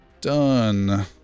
Done